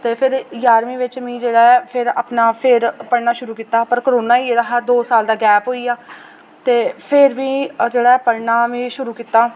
ते फिर जारहमीं बिच में जेह्ड़ा ऐ फिर अपना फिर पढ़ना शुरू कीता पर कोरोना होई गेदा हा दो साल दा गैप होइया ते फिर बी ओह् जेह्ड़ा पढ़ना में शुरू कीता